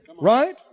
Right